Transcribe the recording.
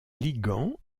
ligand